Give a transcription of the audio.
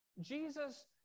Jesus